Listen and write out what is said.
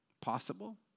Possible